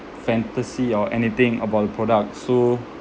fantasy or anything about the product so